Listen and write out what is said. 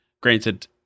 granted